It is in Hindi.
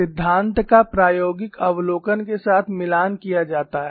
सिद्धांत का प्रायोगिक अवलोकन के साथ मिलान किया जाता है